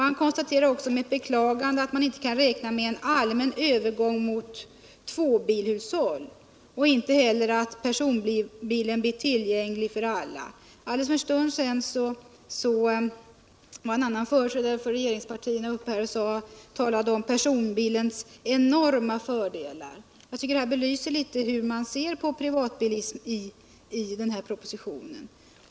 Man konstaterar också med ett beklagande att man inte kan räkna med en allmän övergång mot tvåbilshushåll och inte heller att personbilen blir tillgänglig för alla.” För någon stund sedan var en annan företrädare för regeringspartierna uppe och talade om personbilens enorma fördelar. Jag tycker att detta belyser hur man ser på frågan om privatbilismen i propositionen.